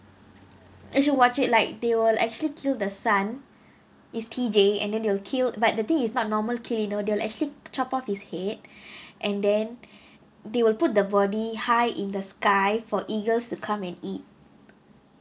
you should watch it like they will actually kill the son is T_J and then they will killed but the thing is not normal kill you know they'll actually chop off his head and then they will put the body high in the sky for eagles to come and eat